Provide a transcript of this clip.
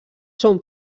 són